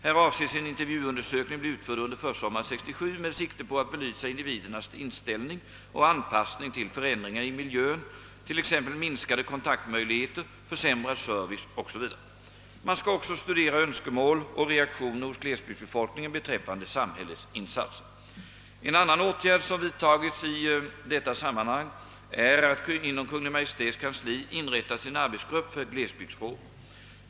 Här avses en intervjuundersökning bli utförd under försommaren 1967 med sikte på att belysa individernas inställning och anpassning till förändringar i miljön t.ex. minskade kontaktmöjligheter, försämrad service o.s.v. Man skall också studera önskemål och reaktioner hos glesbygdsbefolkningen beträffande samhällets insatser. En annan åtgärd som vidtagits i detta sammanhang är att inom Kungl. Maj:ts kansli inrättats en arbetsgrupp för glesbygdsfrågor.